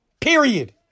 Period